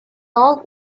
old